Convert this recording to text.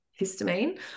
histamine